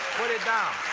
put it down!